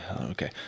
Okay